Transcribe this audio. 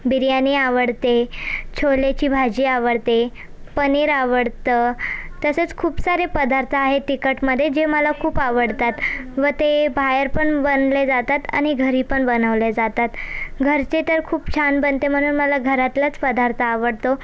बिर्याणी आवडते छोलेची भाजी आवडते पनीर आवडतं तसंच खूप सारे पदार्थ आहेत तिखटमध्ये जे मला खूप आवडतात व ते बाहेर पण बनले जातात आणि घरी पण बनवले जातात घरचे तर खूप छान बनते म्हणून मला घरातलाच पदार्थ आवडतो